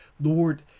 Lord